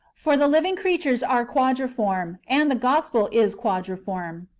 for the living creatures are quadriform, and the gospel is quadriform,